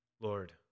Lord